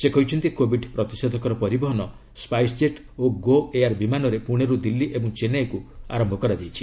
ସେ କହିଛନ୍ତି କୋବିଡ୍ ପ୍ରତିଷେଧକର ପରିବହନ ସ୍ୱାଇସ୍ ଜେଟ୍ ଓ ଗୋ ଏୟାର ବିମାନରେ ପୁଣେରୁ ଦିଲ୍ଲୀ ଓ ଚେନ୍ନାଇକୁ ଆରମ୍ଭ କରାଯାଇଛି